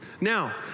Now